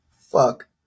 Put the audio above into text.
Fuck